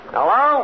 Hello